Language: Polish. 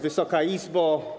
Wysoka Izbo!